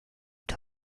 that